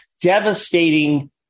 devastating